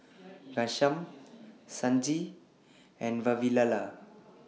Ghanshyam Sanjeev and Vavilala